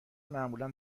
معمولا